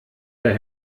der